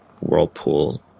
whirlpool